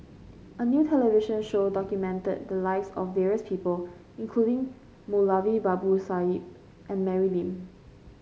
a new television show documented the lives of various people including Moulavi Babu and Mary Lim